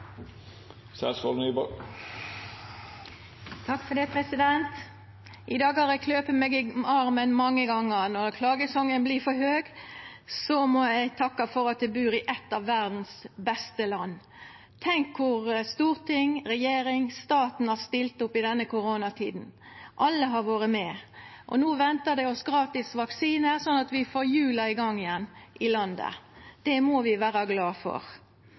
I dag har eg klypt meg i armen mange gonger. Når klagesongen vert for høg, må eg takka for at eg bur i eit av verdas beste land. Tenk korleis storting, regjering og staten har stilt opp i denne koronatida. Alle har vore med, og no ventar det oss gratis vaksinar, sånn at vi får hjula i gang igjen i landet. Det må vi vera glade for.